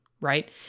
right